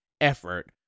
effort